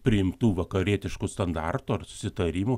priimtų vakarietiškų standartų ar susitarimų